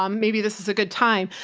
um maybe this is a good time.